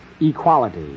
equality